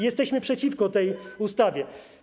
Jesteśmy przeciwko tej ustawie.